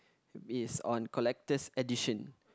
is on collector's edition